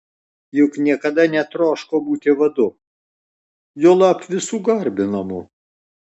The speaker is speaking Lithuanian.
juk niekada netroško būti vadu juolab visų garbinamu